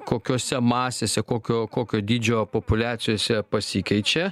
kokiose masėse kokio kokio dydžio populiacijose pasikeičia